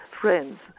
friends